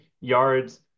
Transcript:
yards